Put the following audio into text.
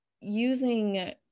using